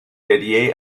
dédiée